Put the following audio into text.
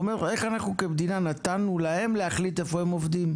והוא אומר איך אנחנו כמדינה נתנו להם להחליט איפה הם עובדים?